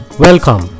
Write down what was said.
Welcome